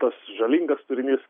tas žalingas turinys